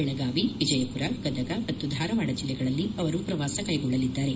ಬೆಳಗಾವಿ ವಿಜಯಪುರ ಗದಗ ಮತ್ತು ಧಾರವಾಡ ಜಿಲ್ಲೆಗಳಲ್ಲಿ ಪ್ರವಾಸ ಕೈಗೊಳ್ಳಲಿದ್ದಾರೆ